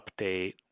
update